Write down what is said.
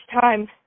time